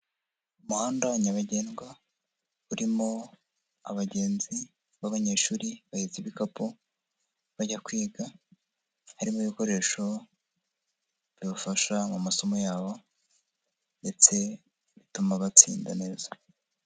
Umuhanda wa nyabagendwa urimo abagenzi b'abanyeshuri bahetse ibikapu bajya kwiga, harimo ibikoresho bibafasha mu masomo yabo ndetse bituma batsinda neza.